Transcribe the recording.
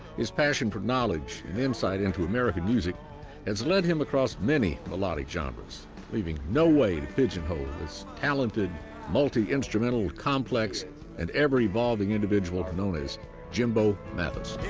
his passion for knowledge and insight into american music has led him across many melodic genres leaving no way to pigeonhole this talented multi-instrumental complex and ever evolving individual known as jimbo mathus.